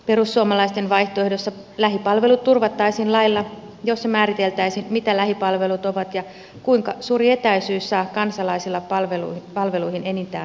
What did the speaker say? perussuomalaisten vaihtoehdossa lähipalvelut turvattaisiin lailla jossa määriteltäisiin mitä lähipalvelut ovat ja kuinka suuri etäisyys saa kansalaisilla palveluihin enintään olla